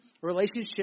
relationship